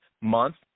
Month